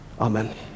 Amen